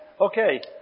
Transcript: Okay